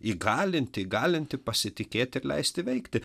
įgalinti įgalinti pasitikėti ir leisti veikti